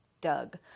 Doug